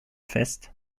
fest